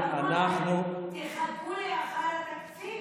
אמרו להם: תחכו לאחר התקציב.